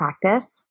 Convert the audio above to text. practice